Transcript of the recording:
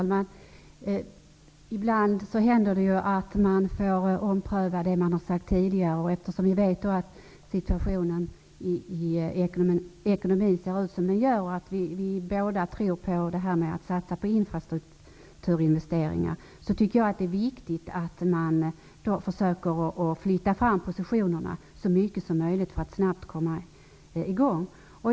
Herr talman! Ibland händer det att man får ompröva det man har sagt tidigare. Eftersom vi vet att den ekonomiska situationen ser ut som den gör och vi båda tror på att satsa på infrastrukturinvesteringar, tycker jag att det är viktigt att försöka flytta fram positionerna så mycket som möjligt för att snabbt komma i gång.